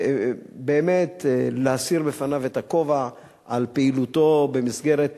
ובאמת, להסיר בפניו את הכובע על פעילותו במסגרת,